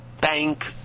bank